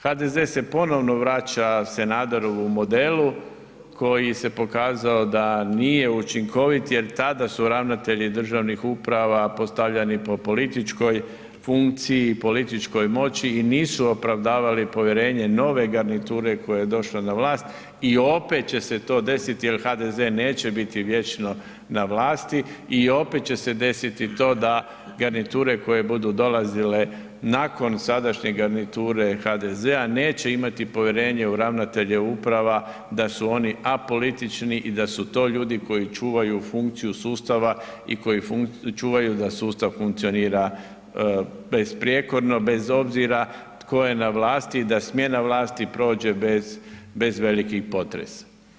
HDZ se ponovo vraća Sanaderovom modelu koji se pokazao da nije učinkovit jer tada su ravnatelji državnih uprava postavljani po političkoj funkciji, političkoj moći i nisu opravdavali povjerenje nove garniture koja je došla na vlast i opet će se to desiti jer HDZ neće biti na vlasti i opet će desiti to da garniture koje budu dolazile nakon sadašnje garniture HDZ-a neće imati povjerenje u ravnatelje uprava da su oni apolitični i da su to ljudi koji čuvaju funkciju sustava i koji čuvaju da sustav funkcionira besprijekorno, bez obzira tko je na vlasti i da smjena vlasti prođe bez, bez velikih potresa.